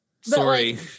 sorry